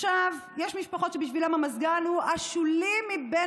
יש משפחות שבשבילן המזגן הוא השולי מבין